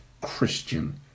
Christian